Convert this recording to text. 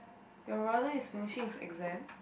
your brother is finishing his exam